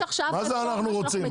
מה זה: "אנחנו רוצים"?